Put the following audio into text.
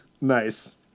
Nice